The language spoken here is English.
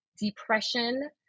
depression